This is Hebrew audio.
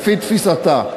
לפי תפיסתה,